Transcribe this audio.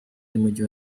n’umujyi